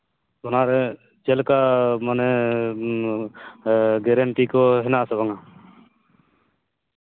ᱚᱱᱟ ᱨᱮ ᱪᱮᱫᱞᱮᱠᱟ ᱢᱟᱱᱮ ᱜᱮᱨᱮᱱᱴᱤ ᱠᱚ ᱦᱮᱱᱟᱜᱼᱟ ᱥᱮ ᱵᱟᱝᱼᱟ